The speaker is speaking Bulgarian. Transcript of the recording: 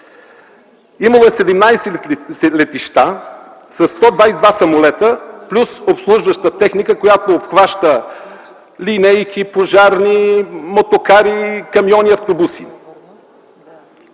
Имало е 17 летища със 122 самолета плюс обслужваща техника, която обхваща линейки, пожарни, мотокари, камиони и автобуси.